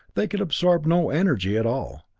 they could absorb no energy at all,